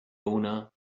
owner